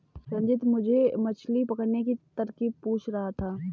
रंजित मुझसे मछली पकड़ने की तरकीब पूछ रहा था